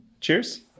Cheers